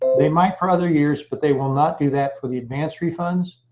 they might for other years. but they will not do that for the advance refunds.